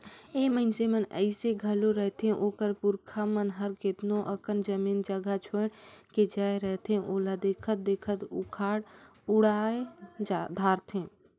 ए मइनसे अइसे घलो रहथें ओकर पुरखा मन हर केतनो अकन जमीन जगहा छोंएड़ के जाए रहथें ओला देखत देखत उड़ाए धारथें